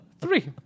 three